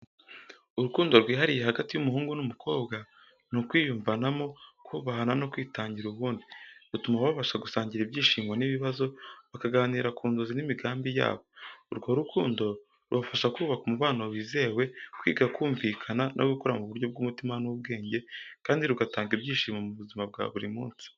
Urukundo rwihariye hagati y’umuhungu n’umukobwa ni ukwiyumvanamo, kubahana no kwitangira uwundi. Rutuma babasha gusangira ibyishimo n’ibibazo, bakaganira ku nzozi n’imigambi yabo. Urwo rukundo rubafasha kubaka umubano wizewe, kwiga kumvikana no gukura mu buryo bw’umutima n’ubwenge, kandi rugatanga ibyishimo mu buzima bwa buri munsi.